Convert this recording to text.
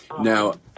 Now